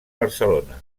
barcelona